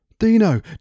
Dino